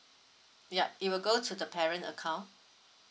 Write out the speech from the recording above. yup it will go to the parent account